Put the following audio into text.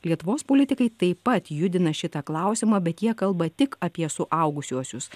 lietuvos politikai taip pat judina šitą klausimą bet jie kalba tik apie su augusiuosius